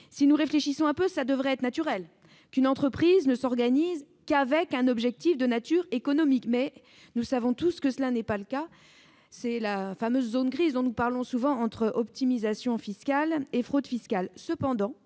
Si nous réfléchissons un peu, il devrait être naturel qu'une entreprise ne s'organise qu'avec un objectif de nature économique, mais nous savons tous que tel n'est pas le cas ! C'est la fameuse « zone grise » entre optimisation fiscale et fraude fiscale